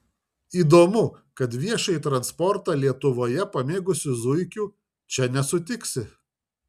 įdomu kad viešąjį transportą lietuvoje pamėgusių zuikių čia nesutiksi